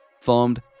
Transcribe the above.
formed